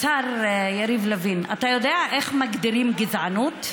השר יריב לוין, אתה יודע איך מגדירים גזענות?